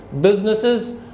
businesses